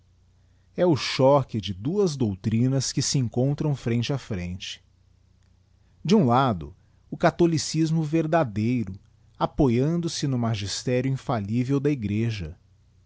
e o choque de duas doutrinas que se encontram frente á frente de um lado o catholicismo verdadeiro apoiando-se no magistério infallivel da igreja